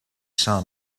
saw